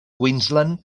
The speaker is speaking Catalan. queensland